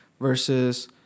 versus